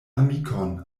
amikon